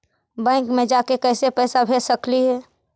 Bank मे जाके कैसे पैसा भेज सकली हे?